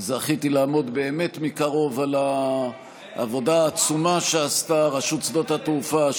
זכיתי לעמוד באמת מקרוב על העבודה העצומה שעשתה רשות שדות התעופה,